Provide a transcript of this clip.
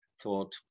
thought